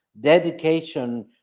dedication